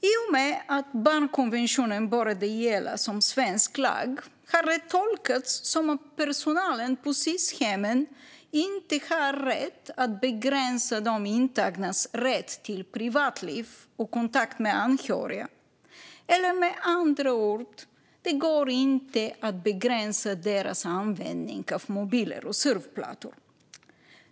I och med att barnkonventionen började gälla som svensk lag har det tolkats som att personalen på Sis-hemmen inte har rätt att begränsa de intagnas rätt till privatliv och kontakt med anhöriga. Med andra ord: Det går inte att begränsa deras användning av mobiler och surfplattor.